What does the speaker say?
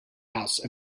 house